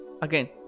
Again